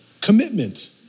Commitment